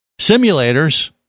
simulators